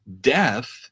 death